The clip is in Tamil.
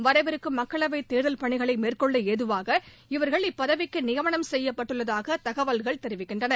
வரவிருக்கும் மக்களவைத் தேர்தல் பணிகளை மேற்கொள்ள ஏதுவாக இவர்கள் இப்பதவிக்கு நியமனம் செய்யப்பட்டுள்ளதாக தகவல்கள் தெரிவிக்கின்றன